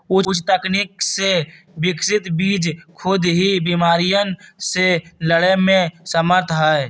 उच्च तकनीक से विकसित बीज खुद ही बिमारियन से लड़े में समर्थ हई